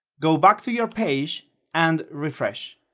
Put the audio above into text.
go back to your page and refresh,